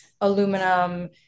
aluminum